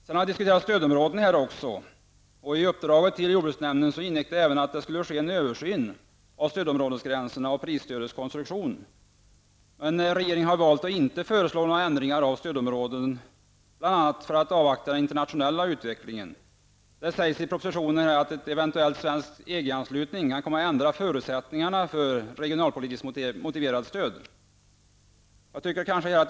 Även frågan om stödområdena har diskuterats i denna debatt. I uppdraget till jordbruksnämnden ingick även att det skulle ske en översyn av stödområdesgränserna och prisstödets konstruktion. Regeringen har valt att inte föreslå några ändringar av stödesområdesgränserna, bl.a. därför att man vill avvakta den internationella utvecklingen. Det sägs i propositionen att en eventuell svensk EG anslutning kan komma att ändra förutsättningarna för ett regionalpolitiskt motiverat stöd.